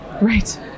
Right